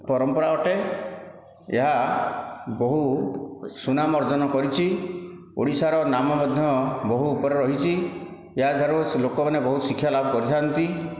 ପରମ୍ପରା ଅଟେ ଏହା ବହୁ ସୁନାମ ଅର୍ଜନ କରିଛି ଓଡ଼ିଶାର ନାମ ମଧ୍ୟ ବହୁ ଉପରେ ରହିଛି ଏହା ଦ୍ୱାରା ଲୋକମାନେ ବହୁ ଶିକ୍ଷା ଲାଭ କରିଥାଆନ୍ତି